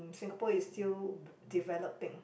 Singapore is still developing